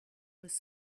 was